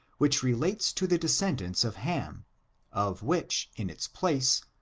which relates to the descendants of hamj of which, in its place,